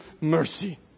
mercy